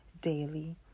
daily